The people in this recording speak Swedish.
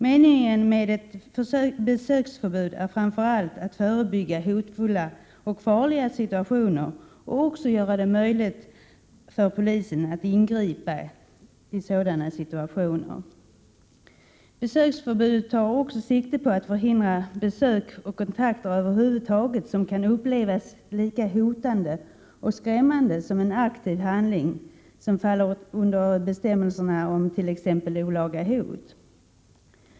Meningen med ett besöksförbud är framför allt att förebygga hotfulla och farliga situationer och även göra det möjligt för polisen att ingripa i sådana situationer. Besöksförbudet tar också sikte på att förhindra besök och kontakter över huvud taget, vilka kan upplevas lika hotande och skrämmande som en aktiv handling som faller under bestämmelserna om t.ex. olaga hot.